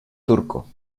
turco